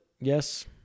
Yes